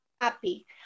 happy